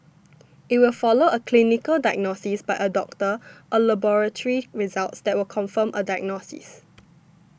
it will follow a clinical diagnosis by a doctor or laboratory results that confirm a diagnosis